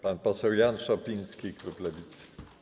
Pan poseł Jan Szopiński, klub Lewicy.